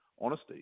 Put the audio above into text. honesty